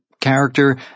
character